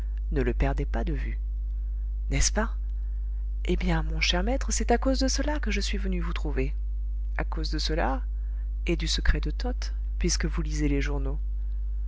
ne le perdaient pas de vue n'est-ce pas eh bien mon cher maître c'est à cause de cela que je suis venu vous trouver à cause de cela et du secret de toth puisque vous lisez les journaux